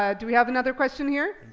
um do we have another question here?